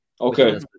Okay